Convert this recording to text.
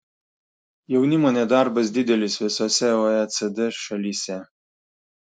jaunimo nedarbas didelis visose oecd šalyse